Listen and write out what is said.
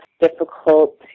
difficult